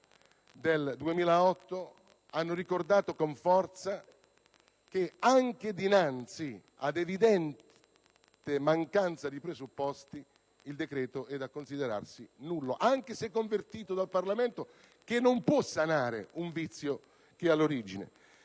del 2008 - hanno ricordato con forza che dinanzi all'evidente mancanza di presupposti il decreto è da considerarsi nullo, anche se convertito dal Parlamento, che non può sanare un vizio che è all'origine.